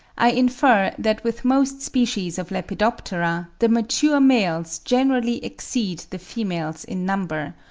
i infer that with most species of lepidoptera, the mature males generally exceed the females in number,